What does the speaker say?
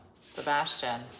Sebastian